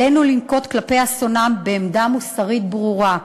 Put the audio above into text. עלינו לנקוט כלפי אסונם עמדה מוסרית ברורה.